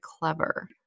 clever